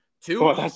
Two